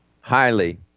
Highly